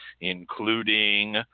including